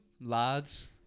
lads